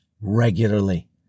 regularly